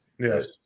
yes